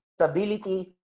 stability